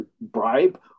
bribe